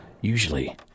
usually